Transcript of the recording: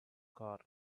car